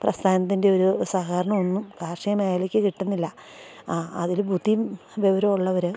പ്രസ്ഥാനത്തിൻ്റെയൊരു സഹകരണ ഒന്നും കാർഷിക മേഖലക്ക് കിട്ടുന്നില്ല ആ അതിൽ ബുദ്ധിയും വിവരമുള്ളവർ